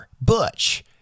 Butch